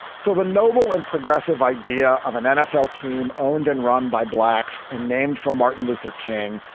silva noble and progressive idea of an nfl team owned and run by blacks and named for martin luther king,